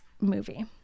movie